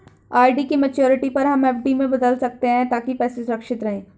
RD की maturity पर हम एफ.डी में बदल सकते है ताकि पैसे सुरक्षित रहें